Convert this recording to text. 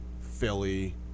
Philly